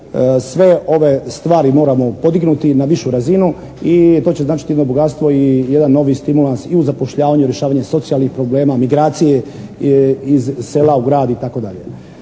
sve ove stvari moramo podignuti na višu razinu i to će značiti jedno bogatstvo i jedan novi stimulans i u zapošljavanju, rješavanje socijalnih problema, migracije iz sela u grad itd.